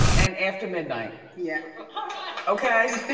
and after midnight, yeah ah okay.